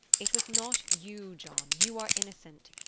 it was not you, john. you are innocent.